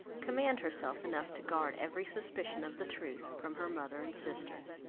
command herself enough to guard every suspicion of the truth from her mother and sisters.